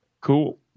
cool